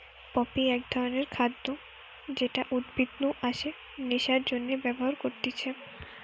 poppy এক ধরণের খাদ্য যেটা উদ্ভিদ নু আসে নেশার জন্যে ব্যবহার করতিছে